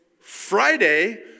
Friday